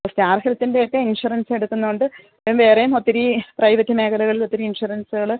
അപ്പോൾ സ്റ്റാർ ഹെൽത്തിൻ്റെ ഒക്കെ ഇൻഷുറൻസ് എടുക്കുന്നോണ്ട് ഇപ്പം വേറെയും ഒത്തിരീ പ്രൈവറ്റ് മേഖലകളിൽ ഒത്തിരി ഇൻഷുറൻസുകൾ